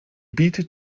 bietet